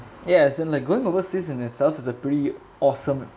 ya as in like going overseas and itself is a pretty awesome